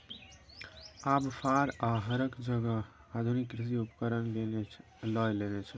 आब फार आ हरक जगह आधुनिक कृषि उपकरण लए लेने छै